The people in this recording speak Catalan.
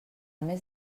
més